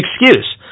excuse